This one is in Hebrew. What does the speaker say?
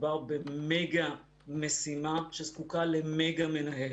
מדובר במגה משימה שזקוקה למגה מנהל.